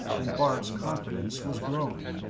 and bart's confidence was growing.